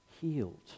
healed